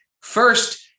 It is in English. first